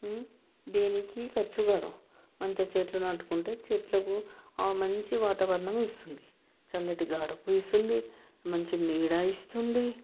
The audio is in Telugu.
దేనికి ఖర్చు కాదు మంచిగా చెట్లు నాటుకుంటే చెట్లకు మంచి వాతావరణం ఇస్తుంది చల్లటి గాడుకు ఇస్తుంది మంచి నీడా ఇస్తుంది